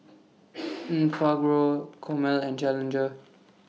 Enfagrow Chomel and Challenger